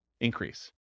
increase